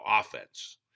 offense